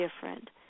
different